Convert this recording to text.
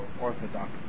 orthodox